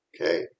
Okay